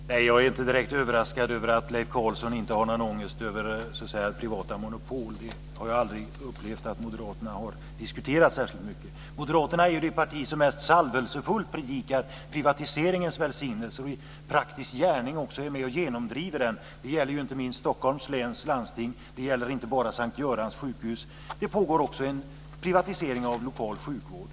Fru talman! Jag är inte direkt överraskad av att Leif Carlson inte har någon ångest över privata monopol. Jag har aldrig upplevt att moderaterna har diskuterat det särskilt mycket. Moderaterna är ett parti som mest salvelsefullt predikar privatiseringens välsignelser och i praktisk gärning är med och genomdriver den. Det gäller inte minst i Stockholms läns landsting, och det gäller inte bara S:t Görans sjukhus. Det pågår också en privatisering av lokal sjukvård.